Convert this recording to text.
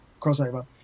crossover